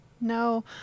No